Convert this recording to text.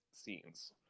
scenes